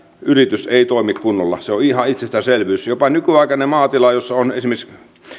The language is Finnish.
yritys ei toimi kunnolla se on ihan itsestäänselvyys jopa nykyaikainen maatila jossa on esimerkiksi